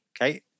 okay